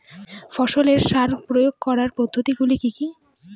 ফসলের সার প্রয়োগ করার পদ্ধতি গুলো কি কি?